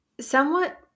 somewhat